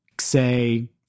say